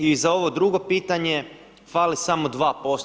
I za ovo drugo pitanje fali samo 2%